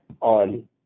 on